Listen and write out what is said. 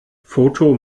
foto